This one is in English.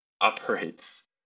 operates